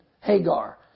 Hagar